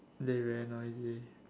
they very noisy